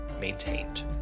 maintained